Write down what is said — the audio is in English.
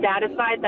satisfied